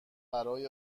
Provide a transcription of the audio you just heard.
برای